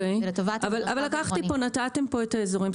אבל נתתם פה את האזורים.